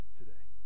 today